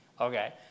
Okay